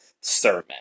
sermon